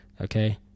okay